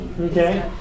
Okay